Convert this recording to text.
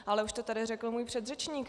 Ale už to tady řekl můj předřečník.